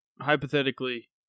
hypothetically